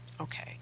Okay